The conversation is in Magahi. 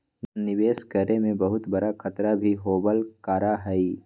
निवेश करे में बहुत बडा खतरा भी होबल करा हई